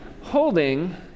holding